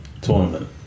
tournament